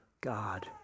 God